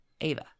Ava